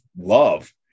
love